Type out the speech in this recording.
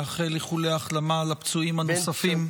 אני מאחל איחולי החלמה לפצועים הנוספים.